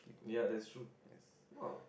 yeah that's true !wow!